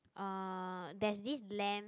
uh there's this lamb